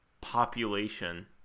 population